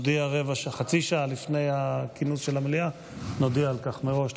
חצי שעה לפני הכינוס של המליאה נודיע על כך מראש.